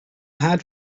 had